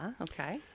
okay